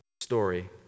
story